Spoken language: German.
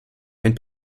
einen